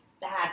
bad